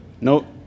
No